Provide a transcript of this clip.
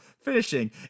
finishing